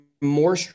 more